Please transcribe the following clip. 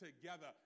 together